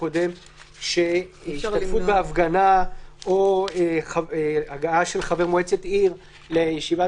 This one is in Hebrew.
הקודם שהשתתפות בהפגנה או הגעה של חבר מועצת עיר לישיבת